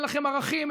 אין לכם ערכים,